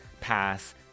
pass